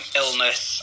illness